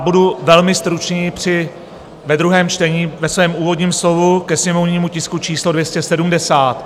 Budu velmi stručný ve druhém čtení ve svém úvodním slovu ke sněmovnímu tisku číslo 270.